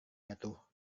jatuh